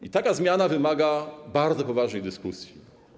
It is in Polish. I taka zmiana wymaga bardzo poważnej dyskusji.